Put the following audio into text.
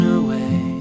away